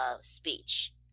speech